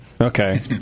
Okay